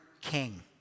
king